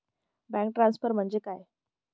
Bank transfer म्हणजे काय?